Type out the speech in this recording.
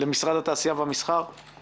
למשרד התעשייה והמסחר,